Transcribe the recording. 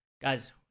Guys